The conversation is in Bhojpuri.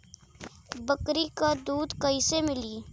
बकरी क दूध कईसे मिली?